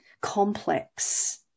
complex